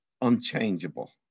unchangeable